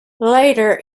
later